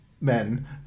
men